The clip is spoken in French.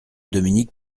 dominique